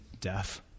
death